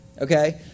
okay